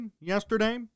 yesterday